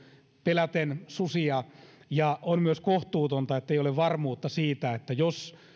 peläten susia ja on myös kohtuutonta ettei ole varmuutta siitä että jos